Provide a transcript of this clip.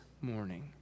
morning